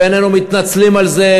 ואיננו מתנצלים על זה,